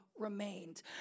remained